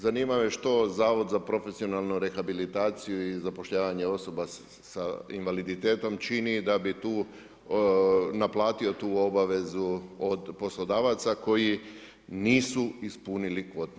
Zanima me što Zavod za profesionalnu rehabilitaciju i zapošljavanje osoba s invaliditetom čini da bi tu naplatio tu obavezu od poslodavaca koji nisu ispunili kvotu obvezu.